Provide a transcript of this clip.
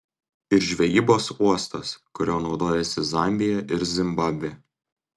ir žvejybos uostas kuriuo naudojasi zambija ir zimbabvė